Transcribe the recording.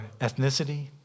ethnicity